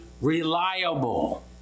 reliable